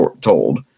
told